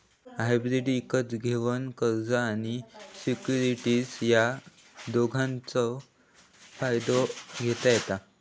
hybrid इकत घेवान कर्ज आणि सिक्युरिटीज या दोघांचव फायदो घेता येता